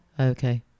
Okay